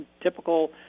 typical